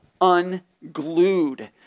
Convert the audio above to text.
unglued